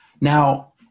Now